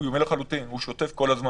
הוא יומי לחלוטין, הוא שוטף כל הזמן.